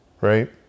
right